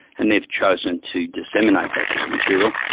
and they've chosen to disseminate that material.